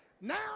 Now